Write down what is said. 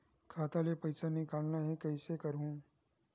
खाता ले पईसा निकालना हे, कइसे करहूं?